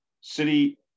city